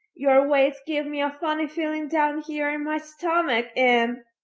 your wails give me a funny feeling down here in my stomach and